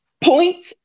point